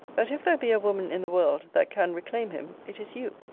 that if there be a woman in the world that can reclaim him, it is you.